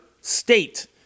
state